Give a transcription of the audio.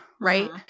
right